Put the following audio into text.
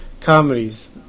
comedies